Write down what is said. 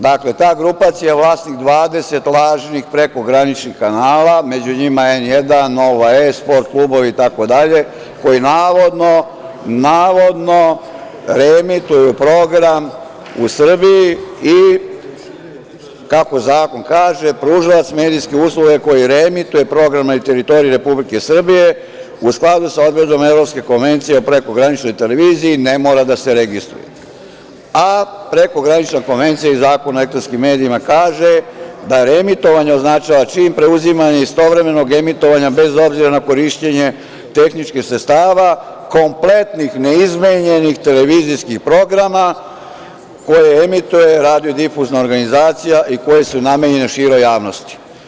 Dakle, ta grupacija je vlasnik 20 lažnih prekograničnih kanala, među njima N1, „Nova S“, sport klubovi i tako dalje, koji navodno reemituju program u Srbiji i kako zakon kaže – pružalac medijske usluge koji reemituje program na teritoriji Republike Srbije u skladu sa odredbom Evropske konvencije o prekograničnoj televiziji ne mora da se registruje, a prekogranična konvencija i Zakon o elektronskim medijima kaže da reemitovanje označava čin preuzimanja istovremenog emitovanja, bez obzira na korišćenje tehničkih sredstava, kompletnih, neizmenjenih televizijskih programa koje emituje radiodifuzna organizacija i koje su namenjene široj javnosti.